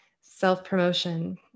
self-promotion